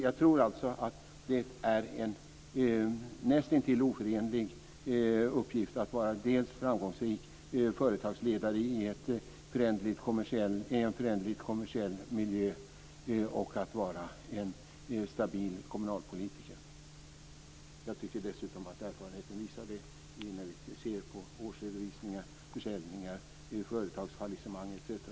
Jag tror alltså att det är en nästintill oförenlig uppgift att vara dels framgångsrik företagsledare i en föränderlig kommersiell miljö, dels en stabil kommunalpolitiker. Jag tycker dessutom att erfarenheten visar det när vi ser på årsredovisningar, försäljningar, företagsfallisemang, etc.